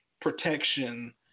protection